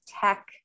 tech